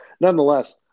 nonetheless –